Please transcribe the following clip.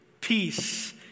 peace